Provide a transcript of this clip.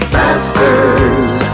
masters